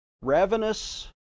ravenous